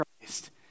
Christ